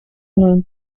moon